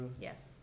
Yes